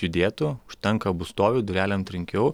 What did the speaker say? judėtų užtenka abu stovi durelėm trinkiau